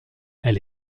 elle